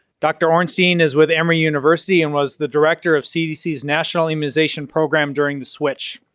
dr. ornstein is with emory university and was the director of cdc's national immunization program during the switch.